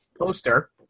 poster